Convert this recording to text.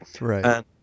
Right